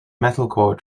metalcore